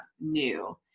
new